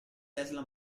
tesla